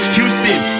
Houston